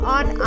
on